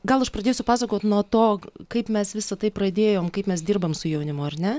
gal aš pradėsiu pasakot nuo to kaip mes visa tai pradėjom kaip mes dirbam su jaunimu ar ne